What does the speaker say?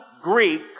Greek